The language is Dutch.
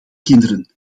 kinderen